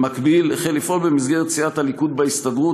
במקביל החל לפעול במסגרת סיעת הליכוד בהסתדרות,